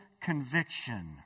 conviction